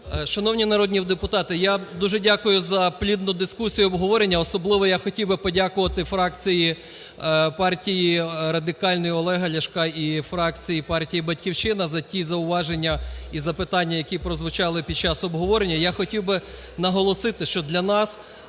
Шановні народні депутати, я дуже дякую за плідну дискусію і обговорення. Особливо я хотів би подякувати фракції партії Радикальної Олега Ляшка і фракції партії "Батьківщина" за ті зауваження і запитання, які прозвучали під час обговорення. Я хотів би наголосити, що для нас